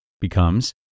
Becomes